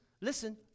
Listen